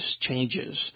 changes